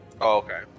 okay